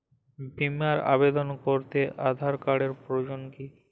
বিমার আবেদন করতে আধার কার্ডের প্রয়োজন কি?